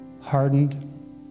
hardened